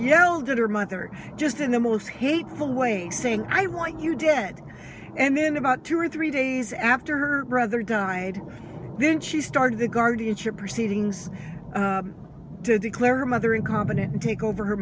yelled at her mother just in the most hateful way saying i want you dead and then about two or three days after her brother died then she started the guardianship proceedings to declare her mother incompetent and take over her